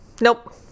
Nope